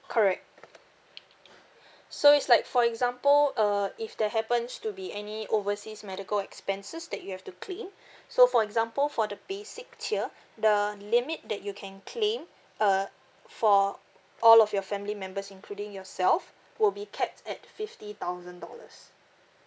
correct so is like for example uh if there happens to be any overseas medical expenses that you have to claim so for example for the basic tier the limit that you can claim uh for all of your family members including yourself will be capped at fifty thousand dollars